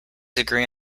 agree